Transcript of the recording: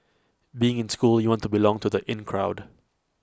being in school you want to belong to the in crowd